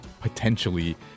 potentially